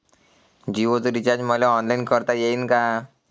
जीओच रिचार्ज मले ऑनलाईन करता येईन का?